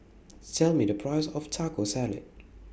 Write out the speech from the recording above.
Tell Me The Price of Taco Salad